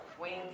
wings